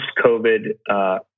post-COVID